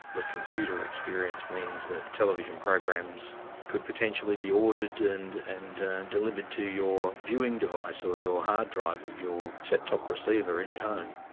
the computer experience means that television programs could potentially be ordered and and delivered to your viewing device or your hard-drive of your set-top receiver in your home.